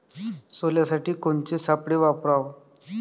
सोल्यासाठी कोनचे सापळे वापराव?